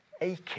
aching